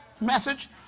message